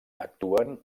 actuen